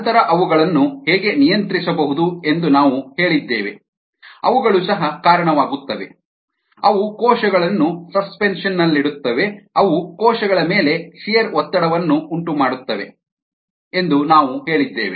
ನಂತರ ಅವುಗಳನ್ನು ಹೇಗೆ ನಿಯಂತ್ರಿಸಬಹುದು ಎಂದು ನಾವು ಹೇಳಿದ್ದೇವೆ ಅವುಗಳು ಸಹ ಕಾರಣವಾಗುತ್ತವೆ ಅವು ಕೋಶಗಳನ್ನು ಸಸ್ಪೆನ್ಷನ್ ನಲ್ಲಿಡುತ್ತವೆ ಅವು ಕೋಶಗಳ ಮೇಲೆ ಶಿಯೆರ್ ಒತ್ತಡವನ್ನು ಉಂಟುಮಾಡುತ್ತವೆ ಎಂದು ನಾವು ಹೇಳಿದ್ದೇವೆ